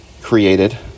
created